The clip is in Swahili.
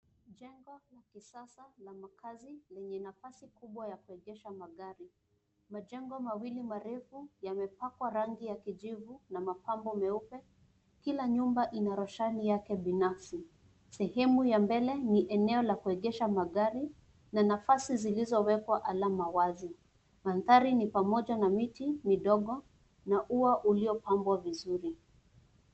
Jengo la kisasa la makaazi lenye nafasi kubwa ya kuegesha magari. Majengo mawili marefu yamepakwa rangi ya kijivu na mapambo meupe, kila nyumba ina roshani yake binafsi. Sehemu ya mbele ni eneo la kuegesha magari na nafasi zilizowekwa alama wazi. Mandhari ni pamoja na miti midogo na ua uliopambwa vizuri.